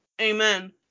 Amen